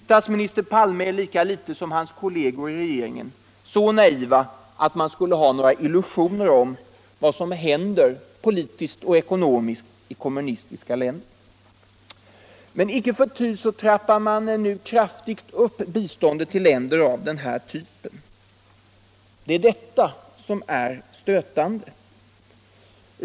Statsminister Palme är lika litet som kollegerna i regeringen så naiv att han har några illusioner om vad som händer politiskt och ekonomiskt i kommunistiska länder. Men icke förty trappar man nu kraftigt upp biståndet till dessa länder. Internationellt utvecklingssamar Detta är stötande.